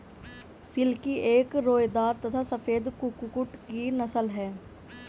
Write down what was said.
silkie एक रोएदार तथा सफेद कुक्कुट की नस्ल है